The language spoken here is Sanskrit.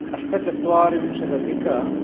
अष्टचत्वारिंशतधिक